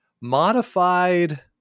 modified